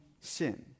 sin